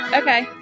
okay